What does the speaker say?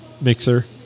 mixer